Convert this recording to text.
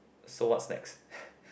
so what's next